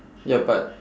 ya but